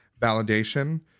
validation